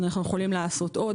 אנו יכולים לעשות עוד.